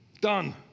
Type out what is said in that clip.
Done